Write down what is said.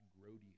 grody